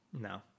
no